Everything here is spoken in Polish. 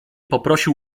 poprosił